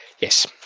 Yes